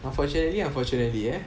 unfortunately unfortunately